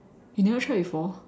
you never try before